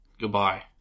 Goodbye